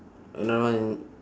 another one